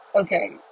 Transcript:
Okay